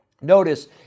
Notice